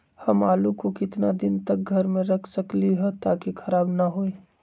हम आलु को कितना दिन तक घर मे रख सकली ह ताकि खराब न होई?